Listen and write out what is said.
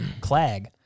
clag